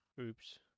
Oops